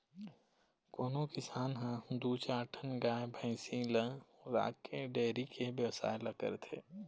कोनो किसान ह दू चार ठन गाय भइसी ल राखके डेयरी के बेवसाय ल करथे